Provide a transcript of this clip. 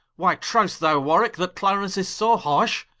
why, trowest thou, warwicke, that clarence is so harsh,